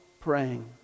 praying